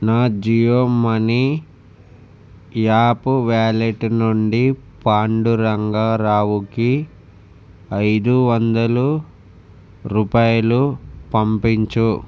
నా Jio money app wallet నుండి పాండురంగా రావుకి ఐదు వందలు రూపాయలు పంపించు